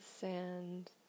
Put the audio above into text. sand